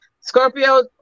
Scorpio